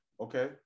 Okay